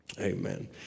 Amen